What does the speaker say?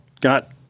got